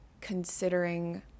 considering